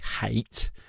hate